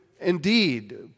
indeed